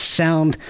sound